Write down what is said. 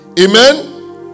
Amen